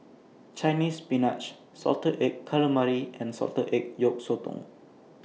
Chinese Spinach Salted Egg Calamari and Salted Egg Yolk Sotong